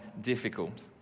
difficult